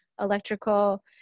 electrical